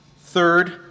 Third